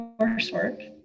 coursework